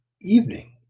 evening